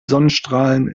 sonnenstrahlen